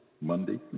Monday